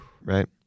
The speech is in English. right